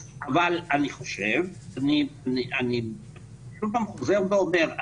אבל אני חושב, אני שוב פעם חוזר ואומר,